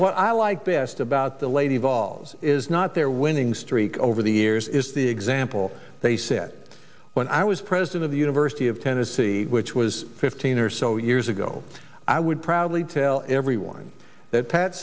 what i like best about the lady evolves is not their winning streak over the years is the example they set when i was president of the university of tennessee which was fifteen or so years ago i would probably tell everyone that p